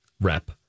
rep